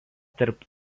tarp